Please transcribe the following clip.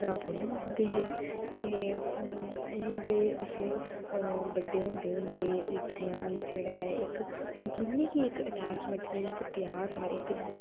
ना बोलन दिंदे हे ते उ'आं गै अग्गै बड्डे होंदे होंदे जियां मिगी जेह्ड़ा ऐ इक अंदरूनी गै इक अटैचमेंट नेई मिगी इक प्यार हा